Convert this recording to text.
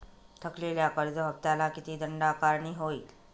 थकलेल्या कर्ज हफ्त्याला किती दंड आकारणी होईल?